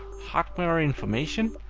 hardware information.